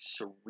surreal